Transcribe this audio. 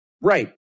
Right